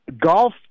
golf